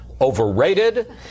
overrated